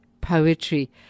poetry